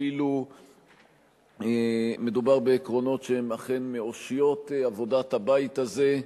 אפילו מדובר בעקרונות שהם אכן מאושיות עבודת הבית הזה,